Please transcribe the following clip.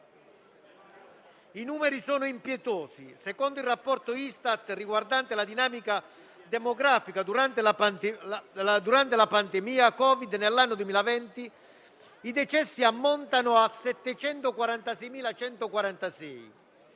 I numeri sono impietosi: secondo il rapporto Istat riguardante la dinamica demografica durante la pandemia da Covid-19, nell'anno 2020 i decessi ammontano a 746.146,